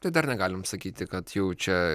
tai dar negalim sakyti kad jau čia